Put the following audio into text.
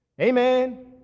Amen